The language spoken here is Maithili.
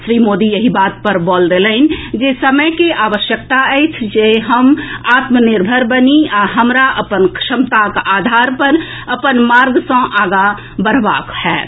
श्री मोदी एहि बात पर बल देलनि जे समय के आवश्यकता अछि जे हम आत्मनिर्भर बनि आ हमरा अपन क्षमताक आधार पर अपन मार्ग सँ आगां बढ़बाक होएत